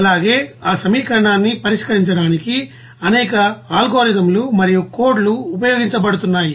అలాగే ఆ సమీకరణాన్ని పరిష్కరించడానికి అనేక అల్గోరిథంలు మరియు కోడ్ లు ఉపయోగించబడుతున్నాయి